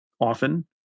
often